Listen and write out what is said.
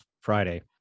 friday